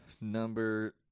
number